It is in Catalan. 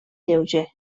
lleuger